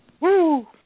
Woo